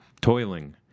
toiling